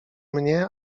mnie